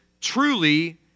truly